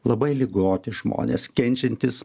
labai ligoti žmonės kenčiantys